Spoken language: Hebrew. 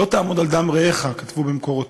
"לא תעמד על דם רעך", כתבו במקורותינו.